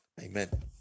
Amen